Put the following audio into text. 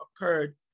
occurred